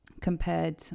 compared